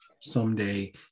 someday